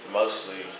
mostly